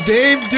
Dave